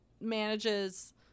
manages